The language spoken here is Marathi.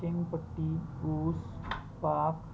शेणपट्टी ऊस पाक